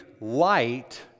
light